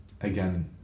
again